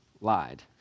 lied